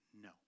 no